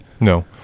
No